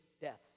deaths